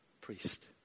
priest